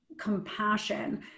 compassion